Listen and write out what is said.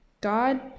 God